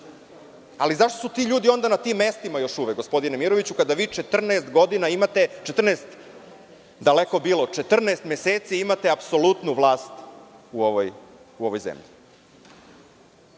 Zašto su ti ljudi na tim mestima još uvek, gospodine Miroviću, kada vi 14 godina imate, daleko bilo, 14 meseci imate apsolutnu vlast u ovoj zemlji?